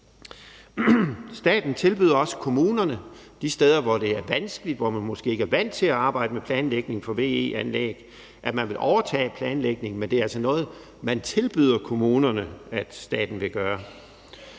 Staten tilbyder også kommunerne, de steder, hvor det er vanskeligt, hvor man måske ikke er vant til at arbejde med planlægning for VE-anlæg, at man vil overtage planlægningen, men det er altså noget, man tilbyder kommunerne staten vil gøre.